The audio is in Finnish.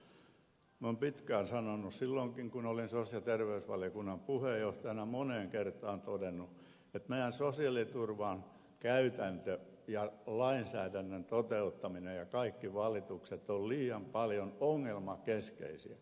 minä olen moneen kertaan todennut silloinkin kun olin sosiaali ja terveysvaliokunnan puheenjohtajana että meidän sosiaaliturvamme käytäntö ja lainsäädännön toteuttaminen ja kaikki valitukset ovat liian paljon ongelmakeskeisiä